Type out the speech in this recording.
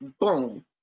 boom